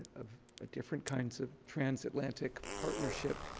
of different kinds of trans-atlantic partnership.